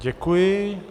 Děkuji.